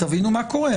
תבינו מה קורה,